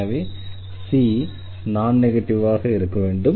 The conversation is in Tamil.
எனவே c நான் நெகட்டிவ் ஆக இருக்க வேண்டும்